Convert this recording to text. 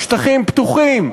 שטחים פתוחים,